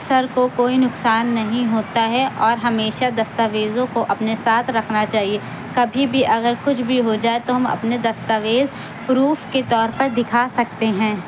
سر کو کوئی نقصان نہیں ہوتا ہے اور ہمیشہ دستاویزوں کو اپنے ساتھ رکھنا چاہیے کبھی بھی اگر کچھ بھی ہو جائے تو ہم اپنے دستاویز پروف کے طور پر دکھا سکتے ہیں